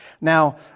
Now